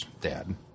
dad